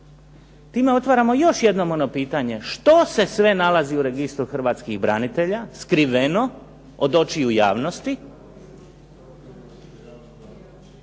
Time otvaramo još jednom ono pitanje, što se sve nalazi u registru Hrvatskih branitelja skriveno od očiju javnosti